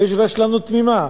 ויש רשלנות תמימה.